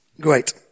Great